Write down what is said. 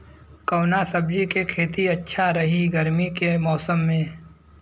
कवना सब्जी के खेती अच्छा रही गर्मी के मौसम में?